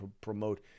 promote